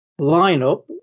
lineup